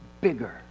bigger